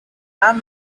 tram